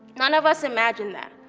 none of us imagined that.